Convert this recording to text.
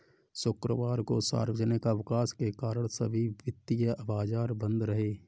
शुक्रवार को सार्वजनिक अवकाश के कारण सभी वित्तीय बाजार बंद रहे